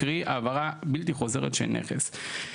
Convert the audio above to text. קרי העברה בלתי חוזרת של נכס.